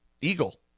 Eagle